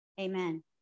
amen